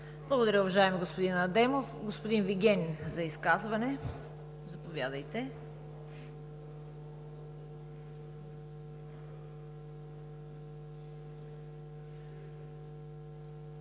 Благодаря, уважаеми господин Адемов. Господин Вигенин за изказване – заповядайте.